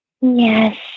Yes